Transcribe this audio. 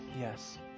Yes